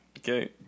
Okay